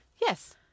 Yes